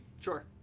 Sure